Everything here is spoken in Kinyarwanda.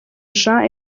jean